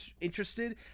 interested